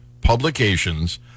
publications